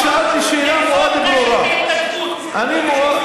מה קרה לך, בהתנדבות, נשק,